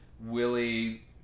Willie